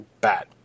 Bad